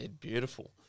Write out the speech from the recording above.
Beautiful